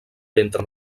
ventre